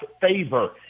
favor